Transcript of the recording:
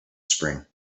spring